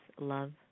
love